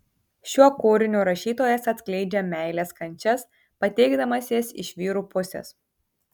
šiuo kūriniu rašytojas atskleidžia meilės kančias pateikdamas jas iš vyrų pusės